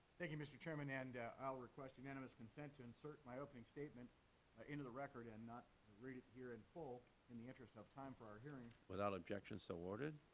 thank you, mr. chairman. and i request unanimous consent to insert my opening statement into the record and not read it here in full in the interest of time for our hearing. without objection, so ordered.